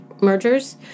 mergers